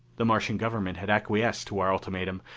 the martian government had acquiesced to our ultimatum,